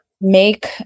make